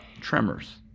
Tremors